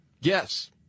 Yes